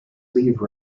leave